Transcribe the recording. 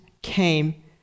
Came